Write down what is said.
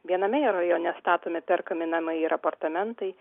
viename jo rajone statomi perkami namai ir apartamentai